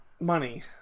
Money